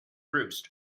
roost